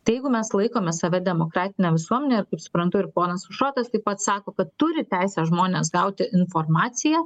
tai jeigu mes laikome save demokratine visuomene suprantu ir ponas aušrotas taip pat sako kad turi teisę žmonės gauti informaciją